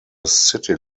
city